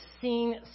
seen